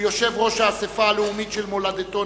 הוא יושב-ראש האספה הלאומית של מולדתו